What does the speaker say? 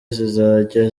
zizajya